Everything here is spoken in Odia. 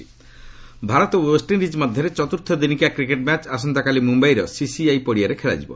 ଫୋର୍ର୍ଥ ଓଡିଆଇ ପ୍ରିଭ୍ୟ ଭାରତ ଓ ୱେଷ୍ଟଇଣ୍ଡିଜ୍ ମଧ୍ୟରେ ଚତୁର୍ଥ ଦିନିକିଆ କ୍ରିକେଟ୍ ମ୍ୟାଚ୍ ଆସନ୍ତାକାଲି ମୁମ୍ଭାଇର ସିସିଆଇ ପଡ଼ିଆରେ ଖେଳାଯିବ